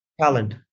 Talent